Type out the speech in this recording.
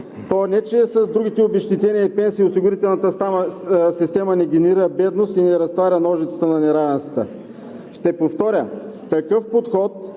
То, не че с другите обезщетения и пенсии осигурителната система не генерира бедност и не разтваря ножицата на неравенствата. Ще повторя: такъв подход